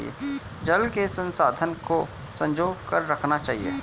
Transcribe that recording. जल के संसाधन को संजो कर रखना चाहिए